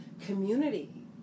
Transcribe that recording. community